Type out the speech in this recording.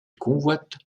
convoite